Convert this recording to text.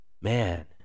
man